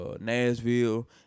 Nashville